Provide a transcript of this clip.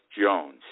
Jones